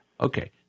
Okay